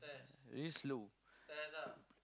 really slow